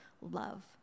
love